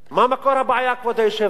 מה מקור הבעיה, כבוד היושב-ראש?